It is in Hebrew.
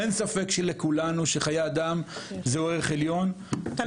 אין ספק שאצל כולנו חיי אדם זהו ערך עליון --- תלוי.